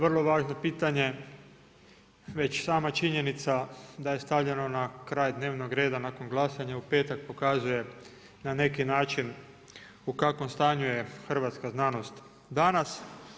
Vrlo važno pitanje već sama činjenica da je stavljeno na kraj dnevnog reda nakon glasanja u petak, pokazuje na neki način u kakvom stanju je hrvatska znanost danas.